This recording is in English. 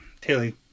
Tilly